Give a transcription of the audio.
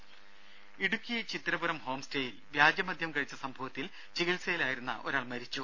രുദ ഇടുക്കി ചിത്തിരപുരം ഹോംസ്റ്റേയിൽ വ്യാജമദ്യം കഴിച്ച സംഭവത്തിൽ ചികിത്സയിലായിരുന്ന ഒരാൾ മരിച്ചു